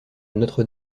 notre